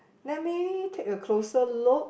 let me take a closer look